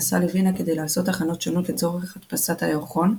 נסע לווינה כדי לעשות הכנות שונות לצורך הדפסת הירחון,